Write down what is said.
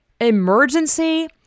Emergency